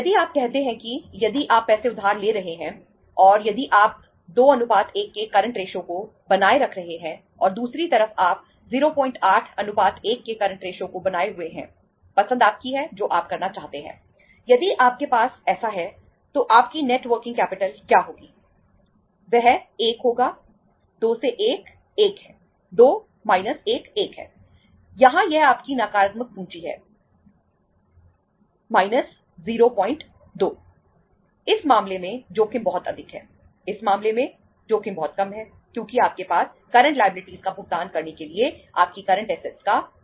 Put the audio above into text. यदि आप कहते हैं कि यदि आप पैसे उधार ले रहे हैं और यदि आप 21 के करंट रेशो का दोगुना है